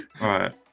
right